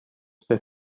said